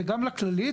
וגם לכללית,